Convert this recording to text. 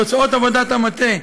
תוצאות עבודת המטה,